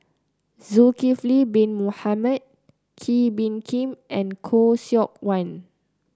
Zulkifli Bin Mohamed Kee Bee Khim and Khoo Seok Wan